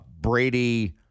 Brady